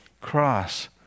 cross